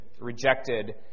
rejected